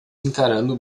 encarando